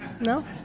No